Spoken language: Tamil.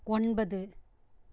ஒன்பது